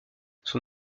son